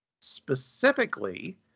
specifically